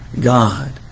God